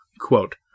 Quote